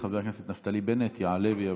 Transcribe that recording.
חבר הכנסת נפתלי בנט יעלה ויבוא.